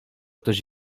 ktoś